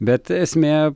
bet esmė